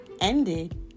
ended